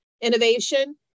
innovation